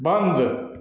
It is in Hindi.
बंद